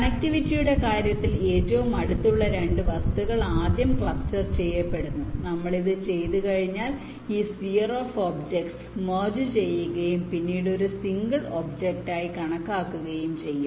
കണക്റ്റിവിറ്റിയുടെ കാര്യത്തിൽ ഏറ്റവും അടുത്തുള്ള 2 വസ്തുക്കൾ ആദ്യം ക്ലസ്റ്റർ ചെയ്യപ്പെടുന്നു നമ്മൾ ഇത് ചെയ്തുകഴിഞ്ഞാൽ ഈ സ്ഫിയർ ഓഫ് ഒബ്ജെക്ട്സ് മെർജ് ചെയ്യുകയും പിന്നീട് ഒരു സിംഗിൾ ഒബ്ജക്റ്റായി കണക്കാക്കുകയും ചെയ്യും